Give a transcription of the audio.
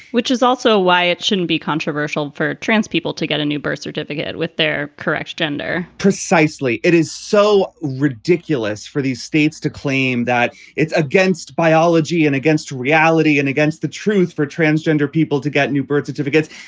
which is also why it shouldn't be controversial for trans people to get a new birth certificate with their correct gender precisely. it is so ridiculous for these states to claim that it's against biology and against reality and against the truth for transgender people to get new birth certificates.